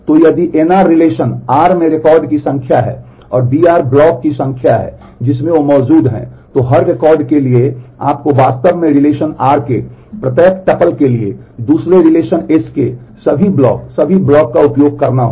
तो यदि nr relation s के सभी ब्लॉक सभी ब्लॉक का उपयोग करना होगा